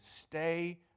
Stay